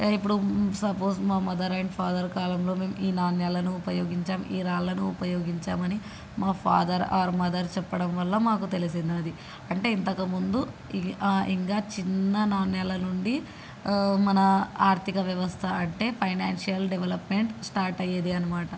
ఇప్పుడు సపోజ్ మా mother and father కాలంలో మేము ఈ నాణ్యాలను ఉపయోగించాం ఈ రాళ్ళను ఉపయోగించామని మా ఫాదర్ ఆర్ మదర్ చెప్పడం వల్ల మాకు తెలిసినాది అంటే ఇంతకుముందు ఇంకా చిన్న నాణ్యాల నుండి మన ఆర్థిక వ్యవస్థ అంటే ఫైనాన్షియల్ డెవలప్మెంట్ స్టార్ట్ అయ్యేది అనమాట